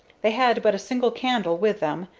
they had but a single candle with them,